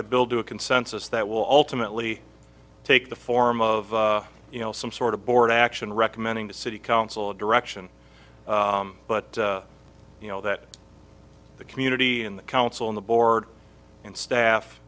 to build a consensus that will ultimately take the form of you know some sort of board action recommending the city council direction but you know that the community in the council on the board and staff